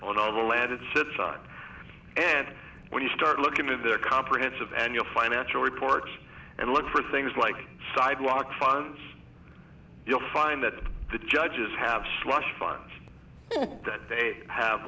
on all the land it sits on and when you start looking at their comprehensive annual financial reports and look for things like sidewalk fines you'll find that the judges have slush funds that they have